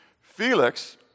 Felix